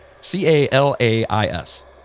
C-A-L-A-I-S